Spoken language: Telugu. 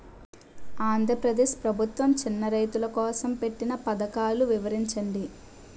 ఆంధ్రప్రదేశ్ ప్రభుత్వ చిన్నా రైతుల కోసం పెట్టిన పథకాలు వివరించండి?